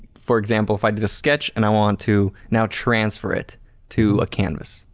for example if i did a sketch and i wanted to now transfer it to a canvas,